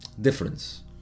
difference